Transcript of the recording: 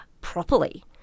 properly